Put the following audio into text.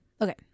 Okay